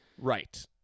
right